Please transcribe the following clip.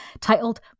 titled